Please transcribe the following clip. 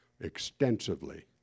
extensively